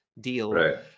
deal